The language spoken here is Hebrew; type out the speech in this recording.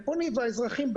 והאזרחים,